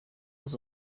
was